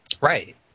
Right